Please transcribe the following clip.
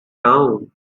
town